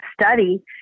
study